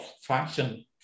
function